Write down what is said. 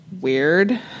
weird